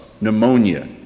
pneumonia